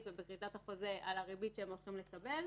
ובכריתת החוזה על הריבית שהם הולכים לקבל,